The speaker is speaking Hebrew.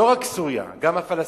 לא רק סוריה, גם הפלסטינים.